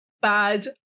bad